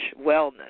Wellness